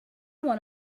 want